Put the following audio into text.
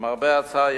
למרבה הצער,